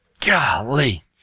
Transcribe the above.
Golly